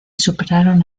superaron